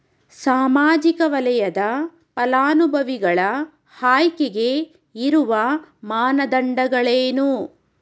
ಸಾಮಾಜಿಕ ವಲಯದ ಫಲಾನುಭವಿಗಳ ಆಯ್ಕೆಗೆ ಇರುವ ಮಾನದಂಡಗಳೇನು?